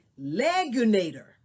legunator